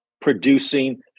producing